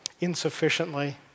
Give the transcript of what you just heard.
insufficiently